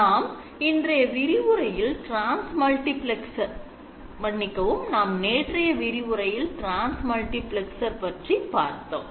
நாம் நேற்றைய விரிவுரையில் transmutiplexer பற்றி பார்த்தோம்